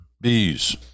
bees